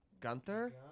Gunther